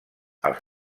als